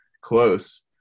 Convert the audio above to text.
close